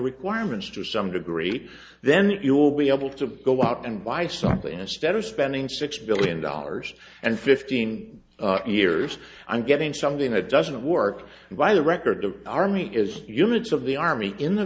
requirements to some degree then you will be able to go out and buy something instead of spending six billion dollars and fifteen years i'm getting something that doesn't work and why the record of army is humans of the army in the